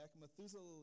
Methuselah